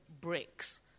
bricks